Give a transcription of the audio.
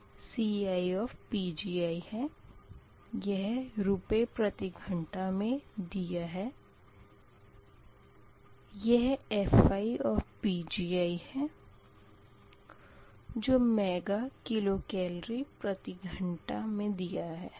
यह Ci है यह रुपए प्रति घंटा मे दिया है या यह Fi है जो मेगा किलो केलोरी प्रति घंटा मे दिया है